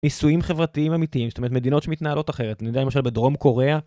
ניסויים חברתיים אמיתיים, זאת אומרת, מדינות שמתנהלות אחרת, נדמה לי למשל בדרום קוריאה.